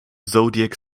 zodiac